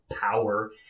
power